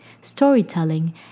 storytelling